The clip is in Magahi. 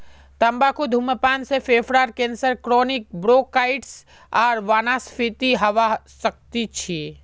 तंबाकू धूम्रपान से फेफड़ार कैंसर क्रोनिक ब्रोंकाइटिस आर वातस्फीति हवा सकती छे